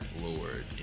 Lord